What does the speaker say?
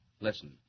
Listen